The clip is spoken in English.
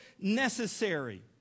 necessary